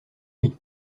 lui